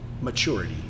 maturity